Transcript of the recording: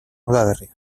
udaberrian